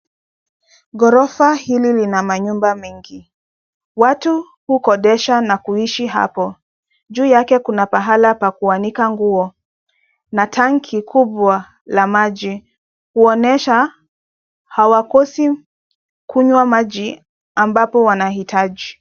Ghorofa hili lina manyumba mengi. Watu hukodesha na kuishi hapo. Juu yake kuna pahala pa kuanika nguo, na tanki kubwa la maji huonesha hawakosi kunywa maji ambapo wanahitaji.